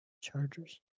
Chargers